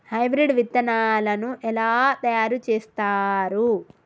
Hybrid విత్తనాలను ఎలా తయారు చేస్తారు?